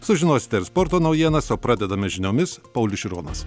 sužinosite ir sporto naujienas o pradedame žiniomis paulius šironas